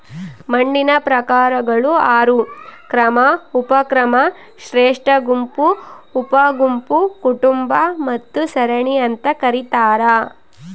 ಮಣ್ಣಿನ ಪ್ರಕಾರಗಳು ಆರು ಕ್ರಮ ಉಪಕ್ರಮ ಶ್ರೇಷ್ಠಗುಂಪು ಉಪಗುಂಪು ಕುಟುಂಬ ಮತ್ತು ಸರಣಿ ಅಂತ ಕರೀತಾರ